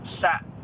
sat